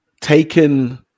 taken